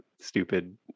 stupid